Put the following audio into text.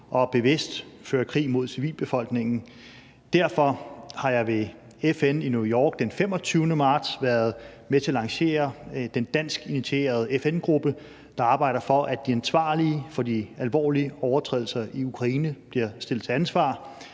og bevidst fører krig mod civilbefolkningen. Derfor har jeg ved FN i New York den 25. marts været med til at lancere den danskinitierede FN-gruppe, der arbejder for, at de ansvarlige for de alvorlige overtrædelser i Ukraine bliver stillet til ansvar.